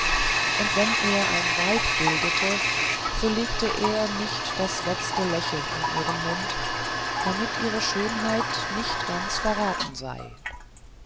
und wenn er ein weib bildete so legte er nicht das letzte lächeln um ihren mund damit ihre schön heit nicht ganz verraten sei